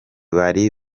bari